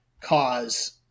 cause